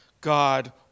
God